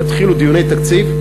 יתחילו דיוני התקציב,